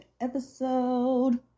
episode